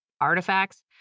artifacts